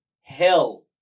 Hill